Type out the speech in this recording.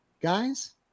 guys